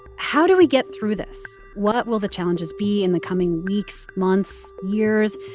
how do we get through this? what will the challenges be in the coming weeks, months, years?